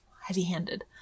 heavy-handed